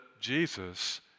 Jesus